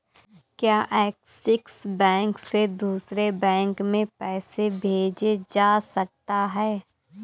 क्या Axis bank से दूसरे बैंक में पैसे भेजे जा सकता हैं?